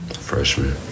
Freshman